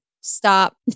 stop